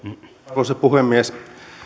arvoisa puhemies